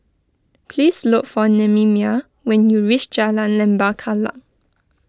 please look for Nehemiah when you reach Jalan Lembah Kallang